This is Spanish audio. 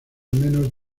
menos